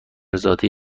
زاده